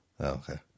Okay